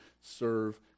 serve